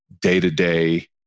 day-to-day